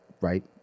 right